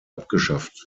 abgeschafft